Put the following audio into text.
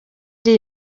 iri